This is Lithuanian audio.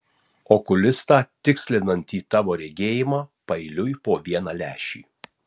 okulistą tikslinantį tavo regėjimą paeiliui po vieną lęšį